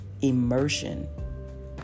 immersion